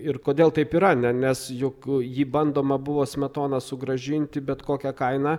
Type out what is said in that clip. ir kodėl taip yra ne nes juk jį bandoma buvo smetoną sugrąžinti bet kokia kaina